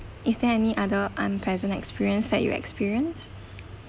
is there any other unpleasant experience that you experienced